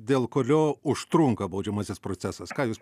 dėl kurio užtrunka baudžiamasis procesas ką jūs